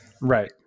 Right